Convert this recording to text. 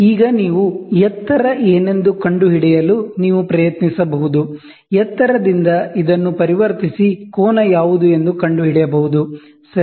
ಈಗ ನೀವು ಎತ್ತರ ಏನೆಂದು ಕಂಡುಹಿಡಿಯಲು ನೀವು ಪ್ರಯತ್ನಿಸಬಹುದು ಎತ್ತರದಿಂದ ಇದನ್ನು ಪರಿವರ್ತಿಸಿ ಕೋನ ಯಾವುದು ಎಂದು ಕಂಡುಹಿಡಿಯಬಹುದು ಸರಿ